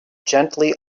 gently